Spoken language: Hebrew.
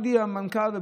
בלי המנכ"ל,